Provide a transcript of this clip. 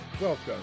Welcome